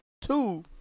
two